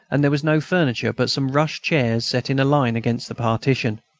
and there was no furniture but some rush chairs set in a line against the partition.